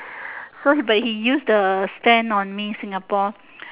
so he but he use the stand on me Singapore